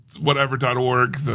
Whatever.org